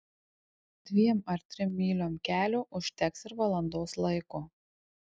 dviem ar trim myliom kelio užteks ir valandos laiko